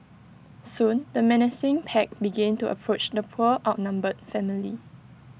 soon the menacing pack began to approach the poor outnumbered family